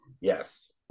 Yes